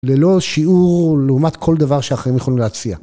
ללא שיעור לעומת כל דבר שאחרים יכולים להציע.